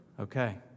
Okay